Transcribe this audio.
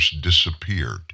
disappeared